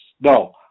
No